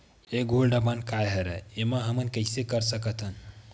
ये gold bond काय ए एमा हमन कइसे कर सकत हव?